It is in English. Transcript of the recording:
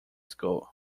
school